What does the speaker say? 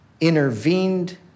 intervened